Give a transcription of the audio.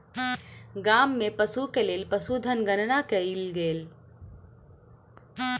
गाम में पशु के लेल पशुधन गणना कयल गेल